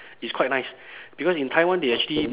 it's quite nice because in taiwan they actually